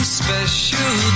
special